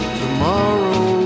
tomorrow